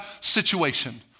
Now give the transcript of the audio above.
situation